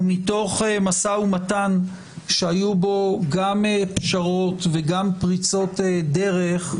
מתוך משא ומתן שהיו בו גם פשרות וגם פריצות דרך,